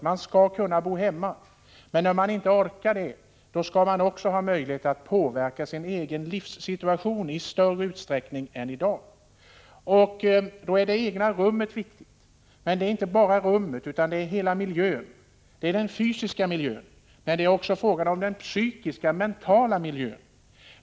De gamla skall kunna bo hemma, men när de inte orkar det skall de ha möjlighet att påverka sin egen livssituation i större utsträckning än i dag. Då är det egna rummet viktigt. Men det är inte fråga om detta, utan om hela miljön. Jag talar då om den fysiska miljön, men det är också fråga om den psykiska, mentala miljön.